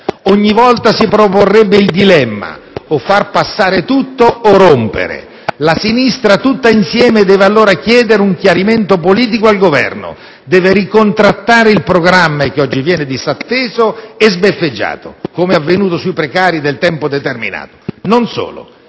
Ogni volta si proporrebbe il dilemma: far passare tutto, o rompere. La sinistra, tutta insieme, deve allora chiedere un chiarimento politico al Governo, deve ricontrattare il programma che oggi viene disatteso e sbeffeggiato, come è avvenuto sui precari del tempo determinato. Non solo.